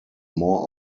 more